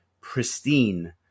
pristine